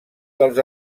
dels